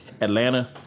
Atlanta